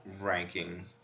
ranking